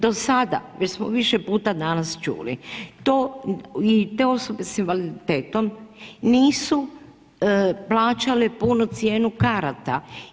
Do sada, već smo više puta danas čuli, to, i te osobe sa invaliditetom nisu plaćale punu cijenu karata.